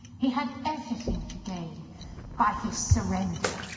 he had everything to gain by his surrender.